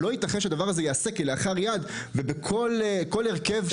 הייתי ראש רשות במשך 12 שנים ועשיתי רפורמות רבות ברשות הזו,